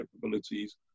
capabilities